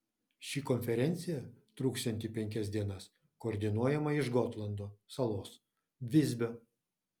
ši konferencija truksianti penkias dienas koordinuojama iš gotlando salos visbio